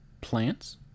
plants